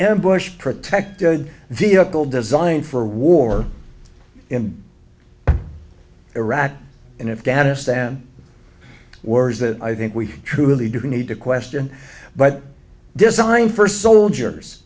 ambush protected vehicle designed for war in iraq in afghanistan words that i think we truly do need to question but design first soldiers